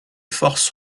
force